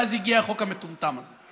ואז הגיע החוק המטומטם הזה.